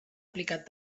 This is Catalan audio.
aplicat